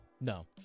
No